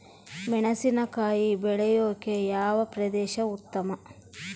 ಮೆಣಸಿನಕಾಯಿ ಬೆಳೆಯೊಕೆ ಯಾವ ಪ್ರದೇಶ ಉತ್ತಮ?